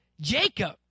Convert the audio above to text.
Jacob